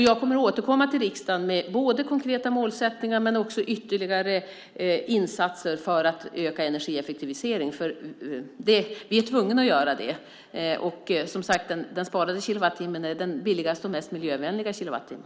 Jag kommer att återkomma till riksdagen med konkreta målsättningar och ytterligare insatser för att öka energieffektiviseringen. Vi är tvungna att göra det. Och, som sagt, den sparade kilowattimmen är den billigaste och mest miljövänliga kilowattimmen.